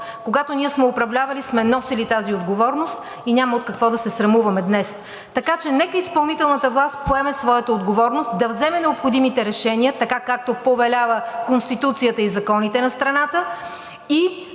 Когато ние сме управлявали, сме носили тази отговорност и няма от какво да се срамуваме днес. Така че нека изпълнителната власт поеме своята отговорност. Да вземе необходимите решения така, както повелява Конституцията и законите на страната